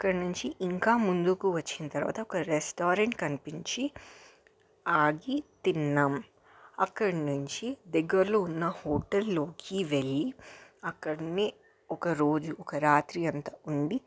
అక్కడి నుంచి ఇంకా ముందుకు వచ్చిన తర్వాత ఒక రెస్టారెంట్ కనిపించి ఆగి తిన్నాం అక్కడి నుంచి దగ్గర్లో ఉన్నహోటల్లోకి వెళ్లి అక్కడనే ఒకరోజు ఒక రాత్రి అంతా ఉండి